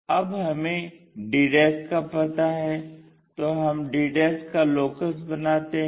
अब हमें d का पता है तो हम d का लोकस बनाते हैं